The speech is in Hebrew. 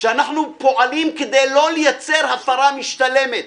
שאנחנו פועלים כדי לא לייצר הפרה משתלמת,